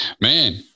man